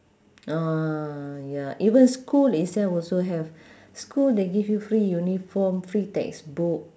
oh ya even school itself also have school they give you free uniform free textbook